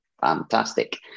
fantastic